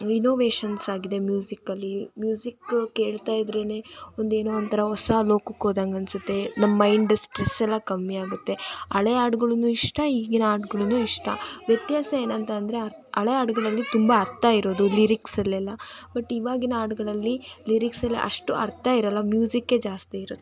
innovations ಆಗಿದೆ ಮ್ಯೂಸಿಕ್ಕಲ್ಲಿ music ಕೇಳ್ತಾ ಇದ್ರೇ ಒಂದು ಏನೋ ಒಂಥರ ಹೊಸಾ ಲೋಕಕ್ಕೆ ಹೋದಂಗ್ ಅನಿಸುತ್ತೆ ನಮ್ಮ ಮೈಂಡ್ ಸ್ಟ್ರೆಸ್ಸೆಲ್ಲ ಕಮ್ಮಿ ಆಗುತ್ತೆ ಹಳೆ ಹಾಡ್ಗಳೂ ಇಷ್ಟ ಈಗಿನ ಹಾಡ್ಗಳೂ ಇಷ್ಟ ವ್ಯತ್ಯಾಸ ಏನಂತಂದರೆ ಹಳೆ ಹಾಡ್ಗಳಲ್ಲಿ ತುಂಬ ಅರ್ಥ ಇರೋದು ಲಿರಿಕ್ಸಲೆಲ್ಲ ಬಟ್ ಇವಾಗಿನ ಹಾಡ್ಗಳಲ್ಲಿ ಲಿರಿಕ್ಸೆಲ್ಲ ಅಷ್ಟು ಅರ್ಥ ಇರೋಲ್ಲ ಮ್ಯೂಸಿಕ್ಕೇ ಜಾಸ್ತಿ ಇರುತ್ತೆ